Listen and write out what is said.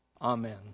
Amen